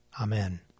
Amen